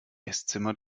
esszimmer